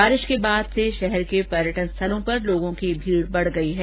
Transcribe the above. बारिश के बाद से शहर के पर्यटन स्थलों पर लोगों की भीड बढने लगी है